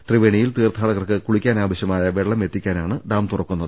ത്രിവേണിയിൽ തീർത്ഥാടകർക്ക് കുളിക്കാ നാവശ്യമായ വെള്ളം എത്തിക്കാനാണ് ഡാം തുറക്കുന്നത്